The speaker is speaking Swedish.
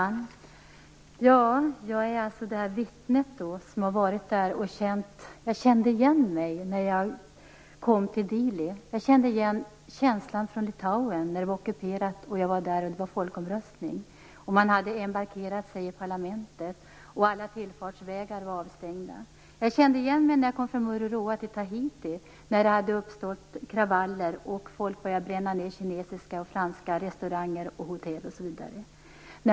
Herr talman! Jag är alltså det vittne som har varit där. Jag kände igen mig när jag kom till Dili. Jag kände igen känslan från Litauen när det var ockuperat, när jag var där och det var folkomröstning. Man hade embarkerat sig i parlamentet och alla tillfartsvägar var avstängda. Jag kände igen känslan när jag kom från Mururoa till Tahiti, när det hade uppstått kravaller och folk började bränna ned kinesiska och franska restauranger och hotell osv.